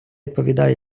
відповідає